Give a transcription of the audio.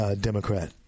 Democrat